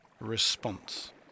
response